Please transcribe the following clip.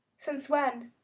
since when?